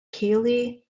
keighley